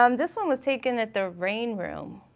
um this one was taken at the rain room.